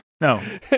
no